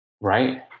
Right